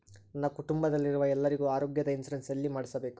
ನನ್ನ ಕುಟುಂಬದಲ್ಲಿರುವ ಎಲ್ಲರಿಗೂ ಆರೋಗ್ಯದ ಇನ್ಶೂರೆನ್ಸ್ ಎಲ್ಲಿ ಮಾಡಿಸಬೇಕು?